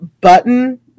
button